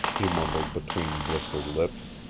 he mumbled between blistered lips.